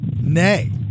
Nay